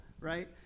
right